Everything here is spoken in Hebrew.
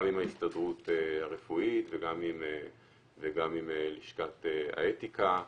גם עם ההסתדרות הרפואית וגם עם לשכת האתיקה.